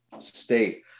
state